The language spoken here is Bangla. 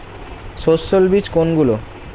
সস্যল বীজ কোনগুলো?